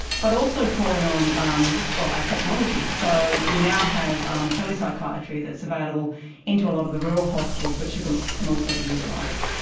but also calling on um but our technology. so we now have um telepsychiatry that's available into a lot of the rural hospitals which can can also be utilised.